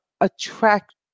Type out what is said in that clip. attract